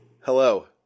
Hello